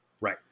Right